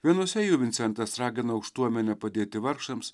vienuose jų vincentas ragina aukštuomenę padėti vargšams